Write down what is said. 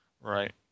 right